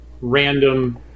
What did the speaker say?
random